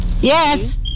Yes